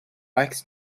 likes